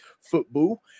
football